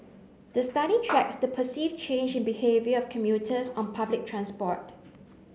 the study tracks the perceived change in behaviour of commuters on public transport